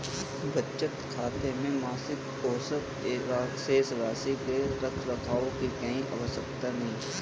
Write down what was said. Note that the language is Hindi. बचत खाते में मासिक औसत शेष राशि के रख रखाव की कोई आवश्यकता नहीं